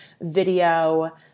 video